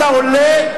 אתה עולה.